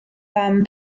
fam